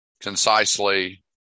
concisely